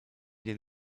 den